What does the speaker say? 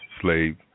slave